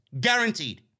Guaranteed